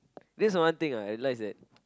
this is one thing ah I realise that